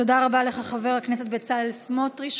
תודה רבה לך, חבר הכנסת בצלאל סמוטריץ'.